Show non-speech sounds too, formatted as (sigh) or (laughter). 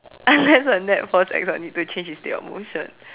unless (laughs) a net force acts on it to change its state of motion